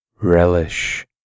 Relish